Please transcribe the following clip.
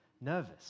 nervous